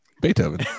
beethoven